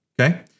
okay